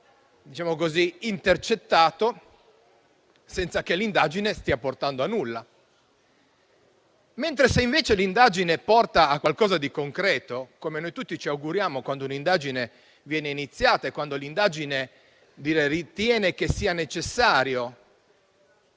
a essere intercettato, senza che l'indagine stia portando a nulla. Se invece l'indagine porta a qualcosa di concreto, come tutti ci auguriamo, quando un'indagine viene iniziata e il pubblico ministero ritiene che sia necessario